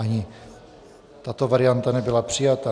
Ani tato varianta nebyla přijata.